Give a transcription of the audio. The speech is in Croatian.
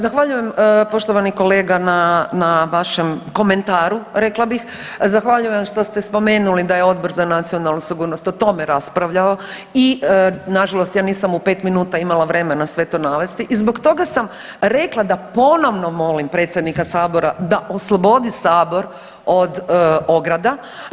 Zahvaljujem poštovani kolega na, na vašem komentaru rekla bih, zahvaljujem vam što se spomenuli da je Odbor za nacionalnu sigurnost o tome raspravljao i nažalost ja nisam u 5 minuta imala vremena sve to navesti i zbog toga sam rekla da ponovno molim predsjednika sabora da oslobodi sabor od ograda.